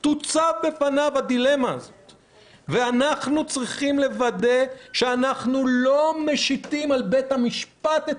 אנחנו צריכים לוודא שאנחנו לא משיתים על בית המשפט את